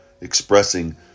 expressing